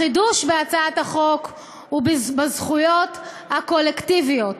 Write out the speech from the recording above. החידוש בהצעת החוק הוא בזכויות הקולקטיביות,